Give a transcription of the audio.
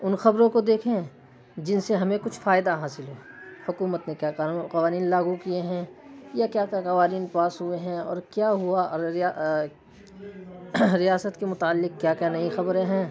ان خبروں کو دیکھیں جن سے ہمیں کچھ فائدہ حاصل ہو حکومت نے کیا قانون قوانین لاگو کیے ہیں یا کیا کیا قوانین پاس ہوئے ہیں اور کیا ہوا ارریہ ریاست کے متعلق کیا کیا نئی خبریں ہیں